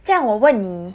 这样我问你